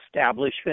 establishment